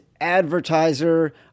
advertiser